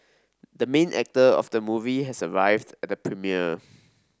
the main actor of the movie has arrived at the premiere